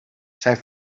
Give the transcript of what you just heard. zijn